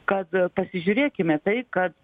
kad pasižiūrėkime taip kad